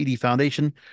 Foundation